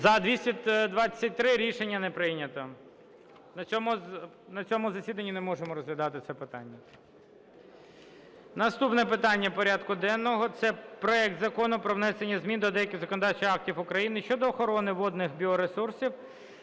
За-223 Рішення не прийнято. На цьому засіданні не можемо розглядати це питання. Наступне питання порядку денного – це проект Закону про внесення змін до деяких законодавчих актів України щодо охорони водних біоресурсів